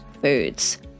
foods